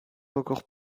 encore